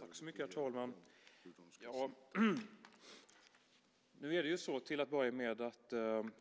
Herr talman! Nu är det ju så, till att börja med, att